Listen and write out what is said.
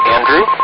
Andrew